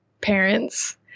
parents